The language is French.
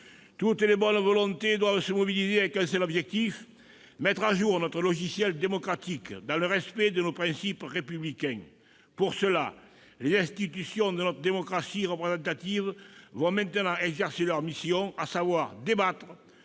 Toutes les bonnes volontés doivent se mobiliser avec un seul objectif : mettre à jour notre logiciel démocratique, dans le respect de nos principes républicains. Pour cela, les institutions de notre démocratie représentative vont maintenant exercer leurs missions, à savoir débattre,